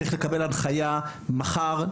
צריך לקבל הנחיה לשר כבר מחר,